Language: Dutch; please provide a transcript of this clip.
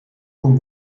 kon